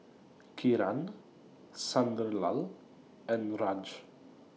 Kiran Sunderlal and Raj